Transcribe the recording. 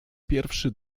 pierwszy